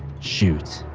shoot.